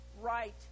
right